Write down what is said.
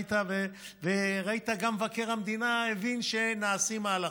היית וראית שגם מבקר המדינה הבין שנעשים מהלכים.